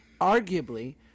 Arguably